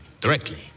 directly